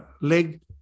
leg